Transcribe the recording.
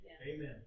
Amen